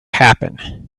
happen